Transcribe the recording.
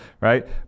Right